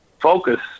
focus